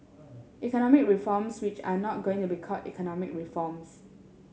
economic reforms which are not going to be called economic reforms